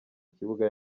kibuga